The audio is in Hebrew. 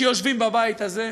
שיושבים בבית הזה,